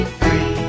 free